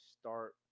start